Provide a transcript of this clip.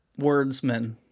wordsman